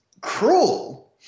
cruel